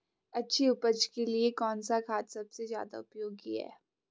अच्छी उपज के लिए कौन सा खाद सबसे ज़्यादा उपयोगी है?